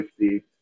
50